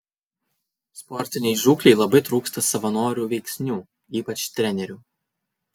sportinei žūklei labai trūksta savanorių veiksnių ypač trenerių